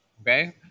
Okay